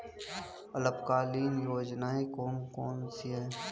अल्पकालीन योजनाएं कौन कौन सी हैं?